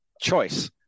Choice